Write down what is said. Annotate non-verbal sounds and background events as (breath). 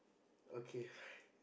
okay (breath)